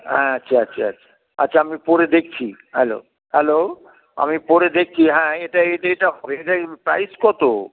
হ্যাঁ আচ্ছা আচ্ছা আচ্ছা আচ্ছা আমি পরে দেখছি হ্যালো হ্যালো আমি পরে দেখছি হ্যাঁ এটা এটা এটা হবে এটাই প্রাইস কত